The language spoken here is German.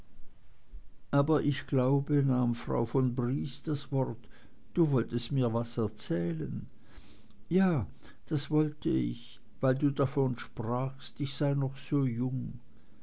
aber ich glaube nahm frau von briest das wort du wolltest mir was erzählen ja das wollte ich weil du davon sprachst ich sei noch so jung